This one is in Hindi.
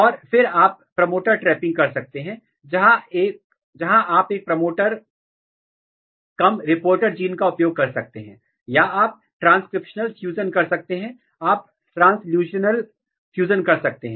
और फिर आप प्रमोटर ट्रैपिंग कर सकते हैं जहां आप एक प्रमोटर कम रिपोर्टर जीन का उपयोग कर सकते हैं या आप ट्रांसक्रिप्शनल फ्यूजन कर सकते हैं आप ट्रांसल्यूशनल फ्यूजन कर सकते हैं